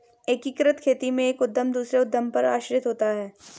एकीकृत खेती में एक उद्धम दूसरे उद्धम पर आश्रित होता है